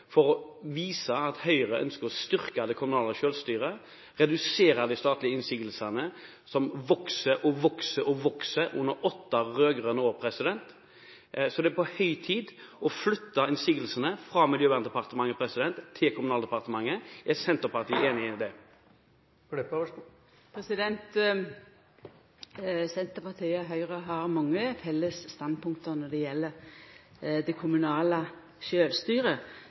for å vise at Høyre ønsker å styrke det kommunale selvstyret og redusere de statlige innsigelsene som har vokst og vokst under åtte rød-grønne år. Det er på høy tid å flytte innsigelsene fra Miljøverndepartementet til Kommunaldepartementet. Er Senterpartiet enig i det? Senterpartiet og Høgre har mange felles standpunkt når det gjeld det kommunale